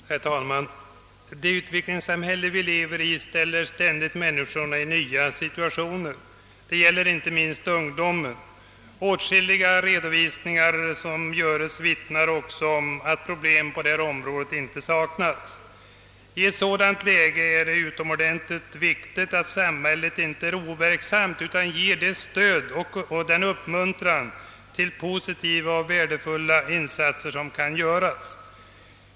Herr talman! Det utvecklingssamhälle som vi lever i ställer ständigt människorna i nya situationer. Det gäller inte minst ungdomen. Åtskilliga redovisningar vittnar också om att problem på detta område inte saknas. I ett sådant läge är det utomordentligt viktigt att samhället inte är overksamt utan ger det stöd och den uppmuntran till positiva och värdefulla insatser som kan ges.